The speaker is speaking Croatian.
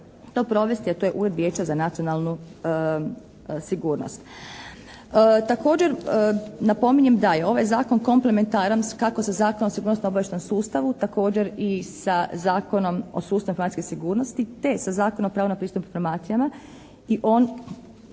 to je Ured vijeća za nacionalnu sigurnost.